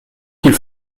qu’il